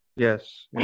Yes